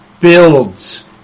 builds